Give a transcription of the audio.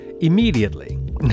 immediately